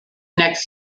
next